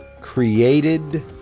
created